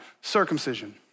circumcision